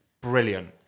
brilliant